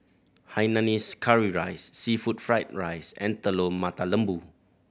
hainanese curry rice seafood fried rice and Telur Mata Lembu